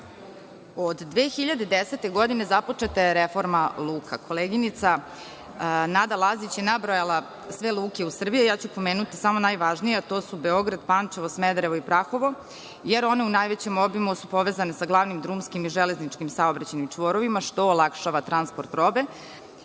2010. godine započeta je reforma luka. Koleginica Nada Lazić je nabrojala sve luke u Srbiji, a ja ću pomenuti samo najvažnije, a to su Beograd, Pančevo, Smederevo i Prahovo, jer su ona u najvećem obimu povezana sa glavnim drumskim i železničkim saobraćajnim čvorovima, što olakšava transport robe